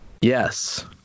Yes